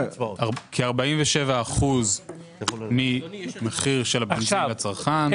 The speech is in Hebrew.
כ-47% מהמחיר של הבנזין לצרכן.